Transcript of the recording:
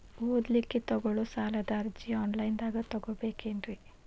ಓದಲಿಕ್ಕೆ ತಗೊಳ್ಳೋ ಸಾಲದ ಅರ್ಜಿ ಆನ್ಲೈನ್ದಾಗ ತಗೊಬೇಕೇನ್ರಿ?